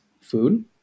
food